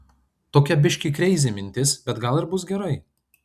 tokia biškį kreizi mintis bet gal ir bus gerai